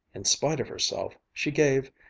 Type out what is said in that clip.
in spite of herself, she gave,